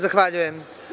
Zahvaljujem.